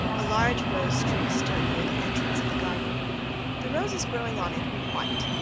a large rose-tree stood near the entrance of the garden the roses growing on it were white,